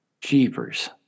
jeepers